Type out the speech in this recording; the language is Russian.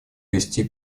вести